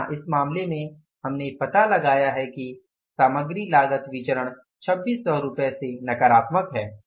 यहां इस मामले में हमने पता लगाया है कि सामग्री लागत विचरण 2600 रुपये से नकारात्मक है